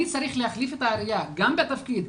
אני צריך להחליף את העירייה גם בתפקיד,